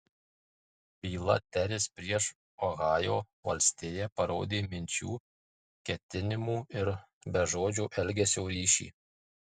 byla teris prieš ohajo valstiją parodė minčių ketinimų ir bežodžio elgesio ryšį